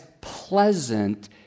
pleasant